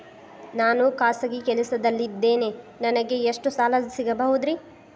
ನಾನು ಖಾಸಗಿ ಕೆಲಸದಲ್ಲಿದ್ದೇನೆ ನನಗೆ ಎಷ್ಟು ಸಾಲ ಸಿಗಬಹುದ್ರಿ?